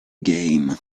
game